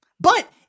But-